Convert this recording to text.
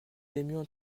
aimions